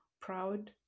proud